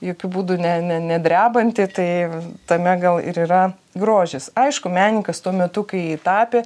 jokiu būdu ne ne nedrebanti tai tame gal ir yra grožis aišku menininkas tuo metu kai jį tapė